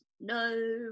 no